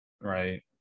Right